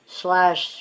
slash